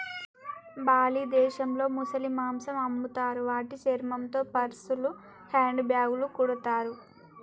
Bali దేశంలో ముసలి మాంసం అమ్ముతారు వాటి చర్మంతో పర్సులు, హ్యాండ్ బ్యాగ్లు కుడతారు